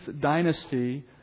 dynasty